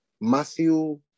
Matthew